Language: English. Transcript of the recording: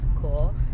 cool